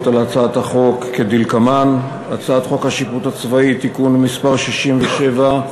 על הצעות החוק כדלקמן: הצעת חוק השיפוט הצבאי (תיקון מס' 67)